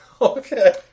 Okay